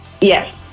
Yes